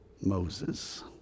Moses